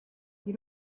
you